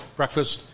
breakfast